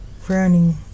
frowning